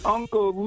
Uncle